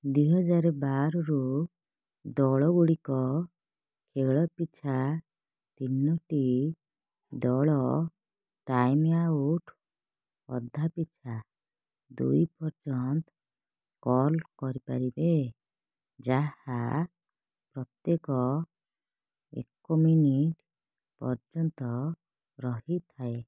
ଦୁଇ ହଜାର ବାରରୁ ଦଳ ଗୁଡ଼ିକ ଖେଳ ପିଛା ତିନିଟି ଦଳ ଟାଇମ୍ ଆଉଟ୍ ଅଧା ପିଛା ଦୁଇ ପର୍ଯ୍ୟନ୍ତ କଲ୍ କରିପାରିବେ ଯାହା ପ୍ରତ୍ୟେକ ଏକ ମିନିଟ ପର୍ଯ୍ୟନ୍ତ ରହିଥାଏ